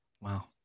Wow